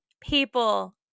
people